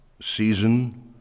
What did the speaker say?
season